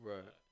Right